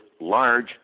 large